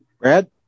Brad